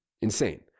insane